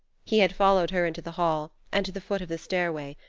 he had followed her into the hall and to the foot of the stairway,